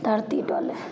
धरती डोलय